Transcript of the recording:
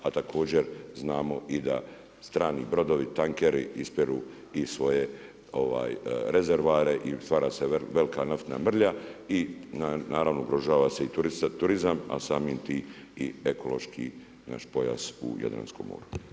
A također znamo i da strani brodovi, tankeri isperu i svoje rezervoare i stvara se velika naftna mrlja i naravno ugrožava se i turizam, a samim tim i ekološki naš pojas u Jadranskom moru.